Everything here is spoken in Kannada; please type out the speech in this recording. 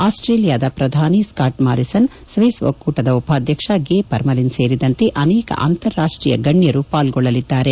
ಅಸ್ವೇಲಿಯದ ಶ್ರಧಾನಿ ಸ್ಥಾಟ್ ಮಾರಿಸನ್ ಸ್ವೀಸ್ ಒಕ್ಕೂಟದ ಉಪಾಧ್ಯಕ್ಷ ಗೇ ಪರ್ಲಿನ್ ಸೇರಿದಂತೆ ಅನೇಕ ಅಂತಾರಾಷ್ಟೀಯ ಗಣ್ಣರು ಪಾರ್ಗೊಳ್ಳದ್ದಾರೆ